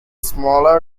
smaller